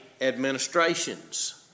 administrations